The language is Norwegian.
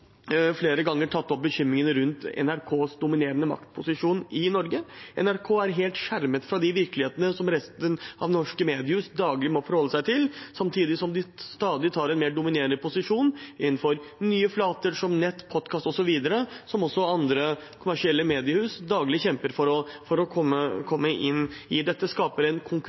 flere ganger tatt opp bekymringene rundt NRKs dominerende maktposisjon i Norge. NRK er helt skjermet fra den virkeligheten som resten av norske mediehus daglig må forholde seg til, samtidig som de tar en stadig mer dominerende posisjon innenfor nye flater som nett, podkast osv., som andre kommersielle mediehus daglig kjemper for å komme inn på. Dette skaper en